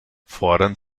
fordern